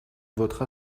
votera